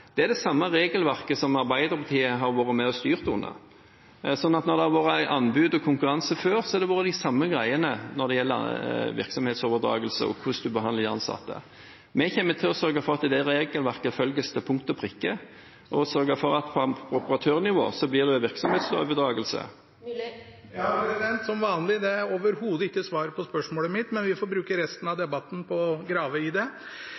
Det er det samme regelverket som Arbeiderpartiet har vært med og styrt under. Når det har vært anbud og konkurranse før, har det vært de samme greiene når det gjelder virksomhetsoverdragelse og hvordan man behandler de ansatte. Vi kommer til å sørge for at det regelverket følges til punkt og prikke, og for at det på operatørnivå blir virksomhetsoverdragelse. Som vanlig: Det er overhodet ikke svar på spørsmålet mitt, men vi får bruke resten av debatten til å grave i det.